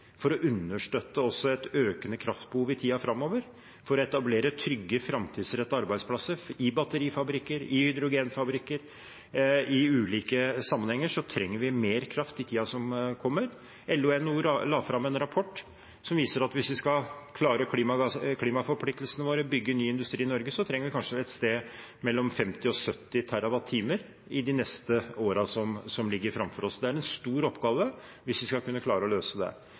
for å understøtte et økende kraftbehov i tiden framover, for å etablere trygge, framtidsrettede arbeidsplasser i batterifabrikker og hydrogenfabrikker. I ulike sammenhenger trenger vi mer kraft i tiden som kommer. LO og NHO la fram en rapport som viser at hvis vi skal klare klimaforpliktelsene våre og bygge ny industri i Norge, så trenger vi kanskje et sted mellom 50 og 70 TWh i årene som ligger foran oss. Det er en stor oppgave å skulle klare å løse dette. Vi må i hvert fall ta utgangspunkt i at vi skal